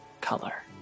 color